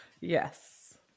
Yes